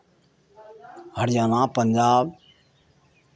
Haryana Punjab